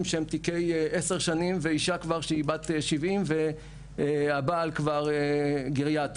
שהם תיקי 10 שנים ואישה שהיא כבר בת 70 והבעל כבר גריאטרי,